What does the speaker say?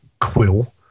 quill